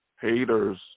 Haters